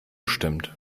stimmt